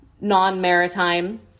non-maritime